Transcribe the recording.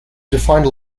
defined